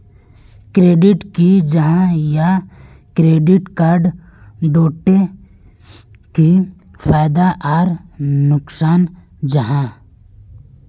Credit की जाहा या क्रेडिट कार्ड डोट की फायदा आर नुकसान जाहा?